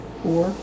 four